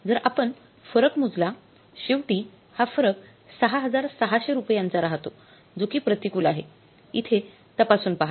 जर आपण फारक मोजला शेवटी हा फरक ६६०० रुपयांचा राहतो जो कि प्रतिकूल आहे इथे तपासून पहा